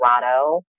Colorado